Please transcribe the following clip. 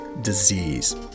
disease